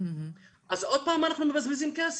אז עוד פעם אנחנו מבזבזים כסף.